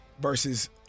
versus